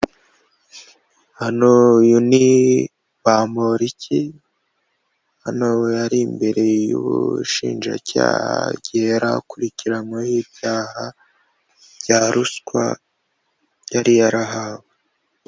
Hano uyu ni Bamporiki .Hano yari imbere y'ubushinjacyaha igihe yari akurikiranyweho ibyaha bya ruswa yari yarahawe.